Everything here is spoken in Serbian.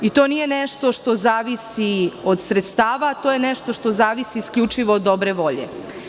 I to nije nešto što zavisi od sredstava, to je nešto što zavisi isključivo od dobre volje.